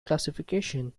classification